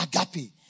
agape